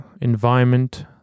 Environment